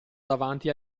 davanti